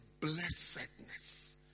blessedness